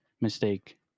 mistake